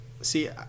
see